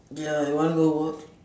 ya you want go work